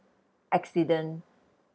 accident